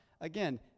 again